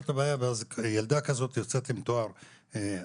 את הבעיה ואז ילדה כזאת יוצאת עם תואר הנדסאית.